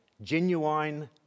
genuine